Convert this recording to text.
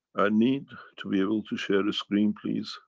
i need to be able to share a screen, please